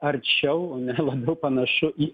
arčiau ne labiau panašu į